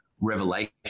revelation